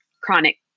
chronic